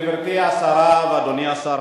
גברתי השרה ואדוני השר,